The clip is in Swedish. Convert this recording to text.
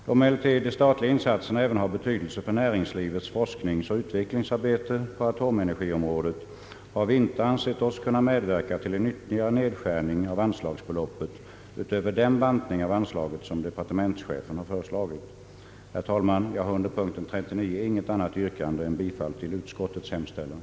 Då emellertid de statiga insatserna även har betydelse för näringslivets forskningsoch utvecklingsarbete på atomenergiområdet, har vi inte ansett oss kunna medverka till en ytterligare nedskärning av anslagsbeloppet utöver den bantning som departementschefen föreslagit. Herr talman! Jag har under punkten 39 intet annat yrkande än om bifall till utskottets hemställan.